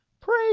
Pray